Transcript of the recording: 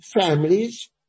families